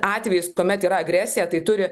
atvejis kuomet yra agresija tai turi